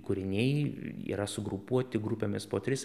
kūriniai yra sugrupuoti grupėmis po tris